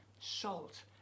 salt